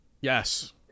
Yes